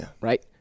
right